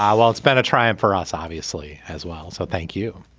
um while it's been a triumph for us obviously as well so thank you.